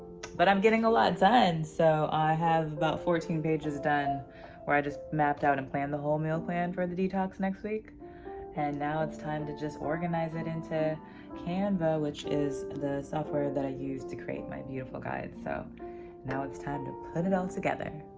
but i'm getting a lot done so i have about fourteen pages done where i just mapped out and planned the whole meal plan for the detox next week and now it's time to just organize it into canva which is the software that i use to create my beautiful guides so now it's time to put it all together